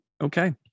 Okay